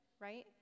right